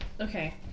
okay